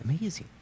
Amazing